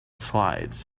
slides